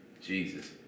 Jesus